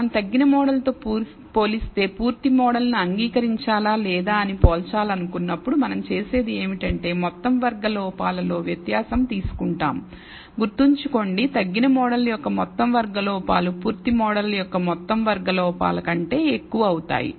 మనం తగ్గిన మోడల్ తో పోలిస్తే పూర్తి మోడల్ను అంగీకరించాలా లేదా అని పోల్చాలనుకున్నప్పుడు మనం చేసేది ఏమిటంటే మొత్తం వర్గ లోపాలలో వ్యత్యాసం తీసుకుంటాం గుర్తుంచుకోండి తగ్గిన మోడల్ యొక్క మొత్తం వర్గ లోపాలు పూర్తి మోడల్ యొక్క మొత్తం వర్గం లోపాల కంటే ఎక్కువ అవుతాయి